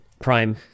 prime